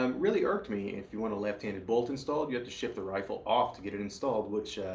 um really irked me, if you want a left-handed bolt installed, you have to ship the rifle off to get it installed which,